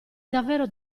davvero